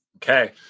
Okay